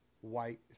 white